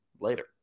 later